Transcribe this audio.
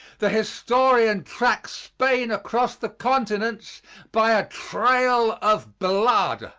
the historian tracks spain across the continents by a trail of blood.